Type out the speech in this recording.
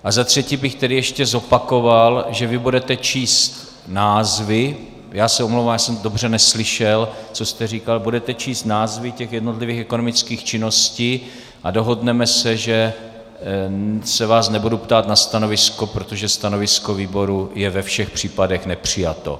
A za třetí bych tedy ještě zopakoval, že vy budete číst názvy já se omlouvám, že jsem dobře neslyšel, co jste říkal budete číst názvy těch jednotlivých ekonomických činností a dohodneme se, že se vás nebudu ptát na stanovisko, protože stanovisko výboru je ve všech případech nepřijato.